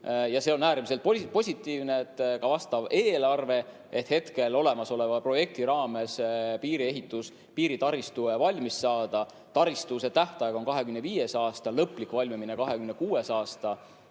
Ja see on äärmiselt positiivne, et on ka vastav eelarve, et hetkel olemasoleva projekti raames piiriehitus, piiritaristu valmis saada. Taristu tähtaeg on 2025. aasta, lõplik valmimine 2026. aastal.